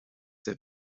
sehr